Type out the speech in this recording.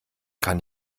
kann